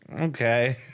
okay